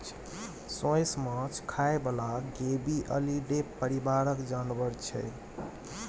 सोंइस माछ खाइ बला गेबीअलीडे परिबारक जानबर छै